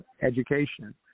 education